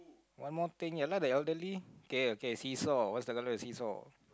one more thing ya lah the elderly okay okay seesaw what is the colour of the seesaw